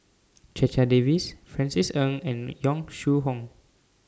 Checha Davies Francis Ng and Yong Shu Hoong